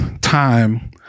time